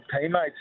teammates